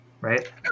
right